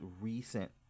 recent